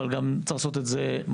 אבל צריך גם לעשות את זה מהר.